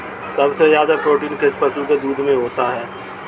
सबसे ज्यादा प्रोटीन किस पशु के दूध में होता है?